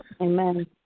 Amen